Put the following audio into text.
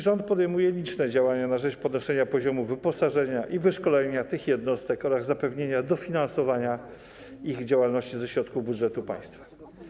Rząd podejmuje liczne działania na rzecz podnoszenia poziomu wyposażenia i wyszkolenia tych jednostek oraz zapewnienia dofinansowania ich działalności ze środków budżetu państwa.